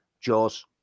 jaws